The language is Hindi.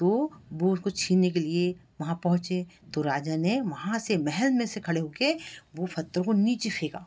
तो वह उसको छीनने के लिए वहाँ पहुँचे तो राजा ने वहाँ से महल में से खड़े हो कर वो पत्थर को नीचे फेंका